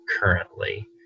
currently